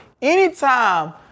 Anytime